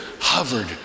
hovered